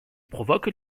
provoque